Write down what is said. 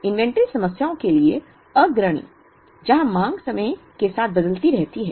inventory समस्याओं के लिए अग्रणी जहां मांग समय के साथ बदलती रहती है